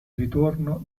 ritorno